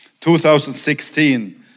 2016